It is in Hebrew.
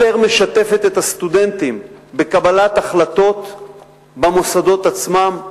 יותר משתפת את הסטודנטים בקבלת החלטות במוסדות עצמם,